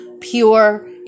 pure